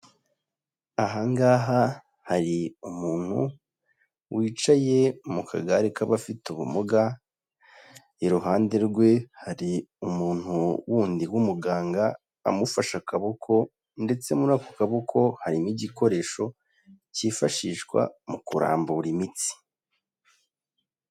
Aha ngaha hari umuntu wicaye mu kagare k'abafite ubumuga, iruhande rwe hari umuntu w'undi w'umuganga amufashe akaboko ndetse muri ako kaboko harimo igikoresho cyifashishwa mu kurambura imitsi.